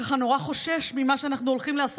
היום אני דווקא רוצה להגיד תודה ליושב-ראש